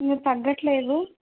ఇంకా తగ్గట్లేదు